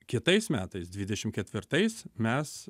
kitais metais dvidešimt ketvirtais mes